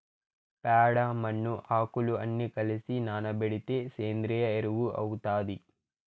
ప్యాడ, మన్ను, ఆకులు అన్ని కలసి నానబెడితే సేంద్రియ ఎరువు అవుతాది